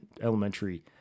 elementary